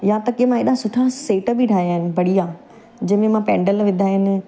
या त की मां एॾा सुठा सेट बि ठाहिया आहिनि बढ़िया जंहिंमें मां पेंडल विधा आहिनि